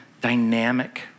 dynamic